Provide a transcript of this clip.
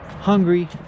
hungry